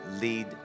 lead